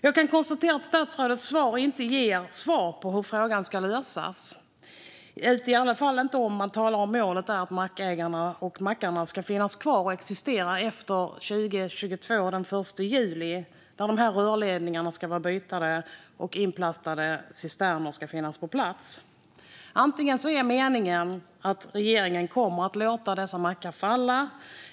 Jag kan konstatera att statsrådets svar inte ger svar på hur detta ska lösas, i alla fall inte om man menar att målet är att mackägarna och mackarna ska finnas kvar och existera även efter den 1 juli 2022, då rörledningarna ska vara bytta och inplastade cisterner ska finnas på plats. Ett alternativ är att regeringen kommer att låta dessa mackar falla.